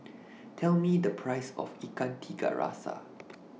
Tell Me The Price of Ikan Tiga Rasa